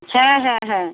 হ্যাঁ হ্যাঁ হ্যাঁ